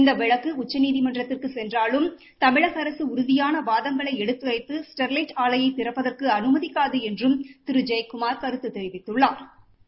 இந்த வழக்கு உச்சநீதிமன்றத்திற்கு சென்றாலும் தமிழகஅரசு உறுதியான வாதங்களை எடுத்துரைத்து ஸ்டொ்வைட் ஆலையை திறப்பதற்கு அனுமதிக்காது என்றும் திரு ஜெயக்குமாா் கருத்து தெரிவித்துள்ளாா்